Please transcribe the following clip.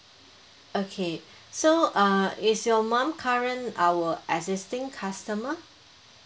okay so uh is your mum current our existing customer